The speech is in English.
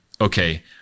okay